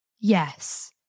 Yes